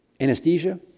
anesthesia